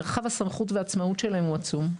מרחב הסמכות והעצמאות שלהן הוא עצום.